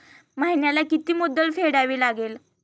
महिन्याला किती मुद्दल फेडावी लागेल?